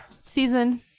season